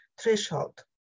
threshold